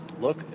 look